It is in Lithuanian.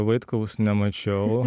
vaitkaus nemačiau